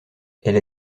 elle